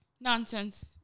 Nonsense